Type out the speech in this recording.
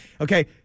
okay